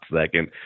second